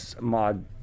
mod